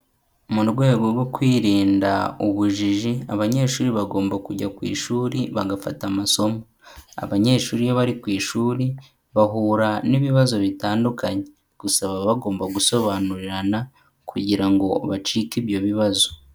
Mu rwego rwo kwirinda ubujiji abanyeshuri bagomba kujya ku ishuri bagafata amasomo, abanyeshuri iyo bari ku ishuri bahura n'ibibazo bitandukanye gusa baba bagomba gusobanurirana, kugira ngo bacike ibyo bibazo.